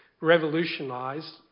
revolutionised